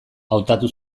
hautatu